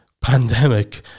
pandemic